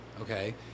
okay